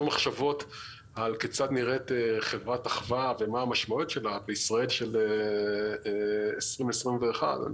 מחשבות כיצד נראית חברת אחווה ומה המשמעויות שלה בישראל של 2021. אני